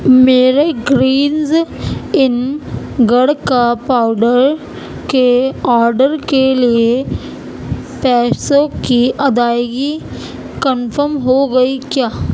میرے گرینز ان گڑ کا پاؤڈر کے آڈر کے لیے پیسوں کی ادائیگی کنفرم ہو گئی کیا